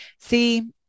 See